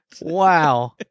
Wow